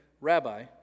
Rabbi